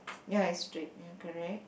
ya it's straight ya correct